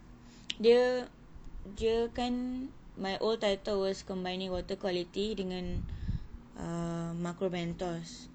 dia dia kan my old title was combining water quality dengan uh macromentoes